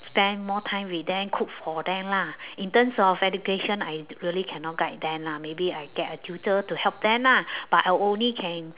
spend more time with them cook for them lah in terms of education I really cannot guide them lah maybe I get a tutor to help them lah but I only can